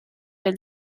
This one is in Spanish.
del